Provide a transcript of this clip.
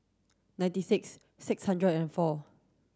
nine six six hundred and four